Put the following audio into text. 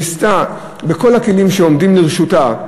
שניסתה בכל הכלים שעומדים לרשותה,